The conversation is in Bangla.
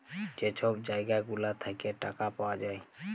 যে ছব জায়গা গুলা থ্যাইকে টাকা পাউয়া যায়